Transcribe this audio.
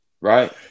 right